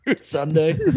Sunday